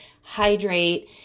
hydrate